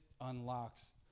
unlocks